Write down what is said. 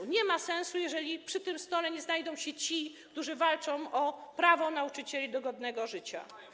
To nie ma sensu, jeżeli przy tym stole nie znajdą się ci, którzy walczą o prawo nauczycieli do godnego życia.